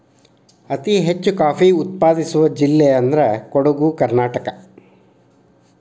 ಅತಿ ಹೆಚ್ಚು ಕಾಫಿ ಉತ್ಪಾದಿಸುವ ಜಿಲ್ಲೆ ಅಂದ್ರ ಕೊಡುಗು ಕರ್ನಾಟಕ